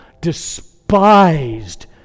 despised